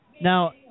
Now